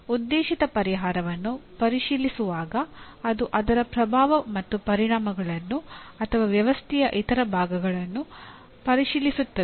ಉದ್ದೇಶಿತ ಪರಿಹಾರವನ್ನು ಪರಿಶೀಲಿಸುವಾಗ ಅದು ಅದರ ಪ್ರಭಾವ ಮತ್ತು ಪರಿಣಾಮಗಳನ್ನು ಅಥವಾ ವ್ಯವಸ್ಥೆಯ ಇತರ ಭಾಗಗಳನ್ನು ಪರಿಶೀಲಿಸುತ್ತದೆ